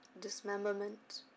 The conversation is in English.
dismemberment